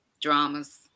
Dramas